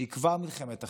שהיא כבר מלחמת אחים,